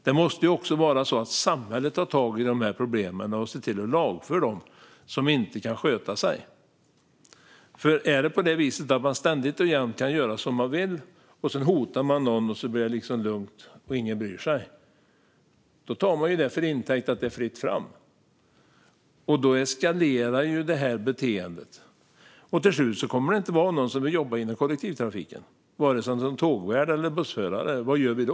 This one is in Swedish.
Det måste också vara så att samhället tar tag i de här problemen och ser till att lagföra dem som inte kan sköta sig. Om man ständigt och jämt kan göra som man vill och hota folk utan att någon bryr sig tar man ju det till intäkt för att det är fritt fram, och då eskalerar det beteendet. Till slut kommer det inte att vara någon som vill jobba inom kollektivtrafiken, vare sig som tågvärd eller som bussförare. Vad gör vi då?